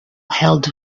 held